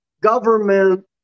government